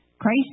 Christ